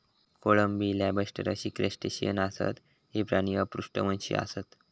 कोळंबी, लॉबस्टर अशी क्रस्टेशियन आसत, हे प्राणी अपृष्ठवंशी आसत